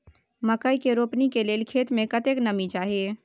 मकई के रोपनी के लेल खेत मे कतेक नमी चाही?